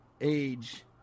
age